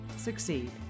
Succeed